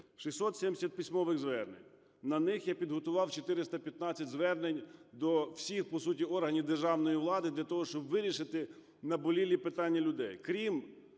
670 письмових звернень. На них я підготував 415 звернень до всіх по суті органів державної влади, для того щоб вирішити наболілі питання людей.